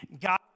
God